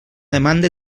demanada